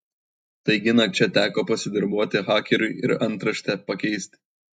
taigi nakčia teko pasidarbuoti hakeriui ir antraštę pakeisti